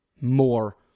more